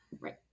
Right